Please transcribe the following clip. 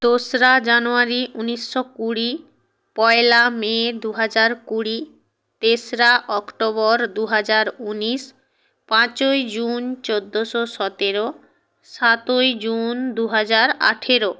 দোসরা জানুয়ারি উনিশশো কুড়ি পয়লা মে দু হাজার কুড়ি তেসরা অক্টোবর দু হাজার উনিশ পাঁচই জুন চৌদ্দশো সতেরো সাতই জুন দু হাজার আঠারো